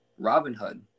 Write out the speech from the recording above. Robinhood